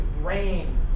rain